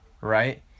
right